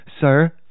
sir